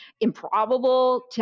improbable